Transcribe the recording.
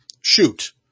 shoot